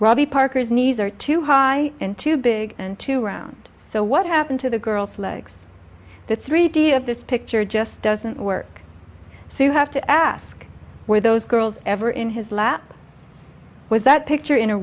robbie parker's knees are too high in too big and too round so what happened to the girl's legs the three d of this picture just doesn't work so you have to ask where those girls ever in his lap was that picture in a